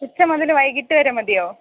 ഉച്ച മുതൽ വൈകീട്ട് വരെ മതിയോ